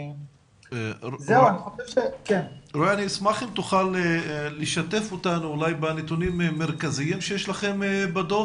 אני אשמח אם תוכל לשתף אותנו בנתונים מרכזיים שיש לכם בדוח.